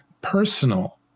personal